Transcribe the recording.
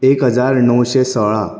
एक हजार णवशे सोळा